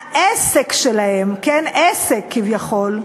העסק שלהם, כן, עסק כביכול,